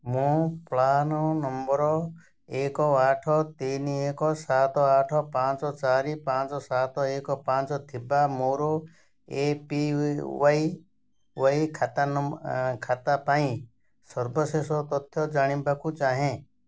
ମୁଁ PRAN number ଏକ ଆଠ ତିନି ଏକ ସାତ ଆଠ ପାଞ୍ଚ ଚାରି ପାଞ୍ଚ ସାତ ଏକ ପାଞ୍ଚ ଥିବା ମୋର ଏ ପି ୱାଇ ୱାଇ ଖାତା ପାଇଁ ସବିଶେଷ ତଥ୍ୟ ଜାଣିବାକୁ ଚାହେଁ